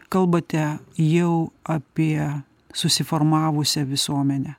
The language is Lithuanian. kalbate jau apie susiformavusią visuomenę